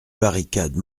barricade